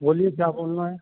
بولیے کیا بولنا ہے